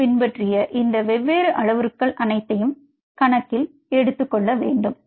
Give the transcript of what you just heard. நீங்கள் பின்பற்றிய இந்த வெவ்வேறு அளவுருக்கள் அனைத்தையும் கணக்கில் எடுத்துக்கொள்ள வேண்டும்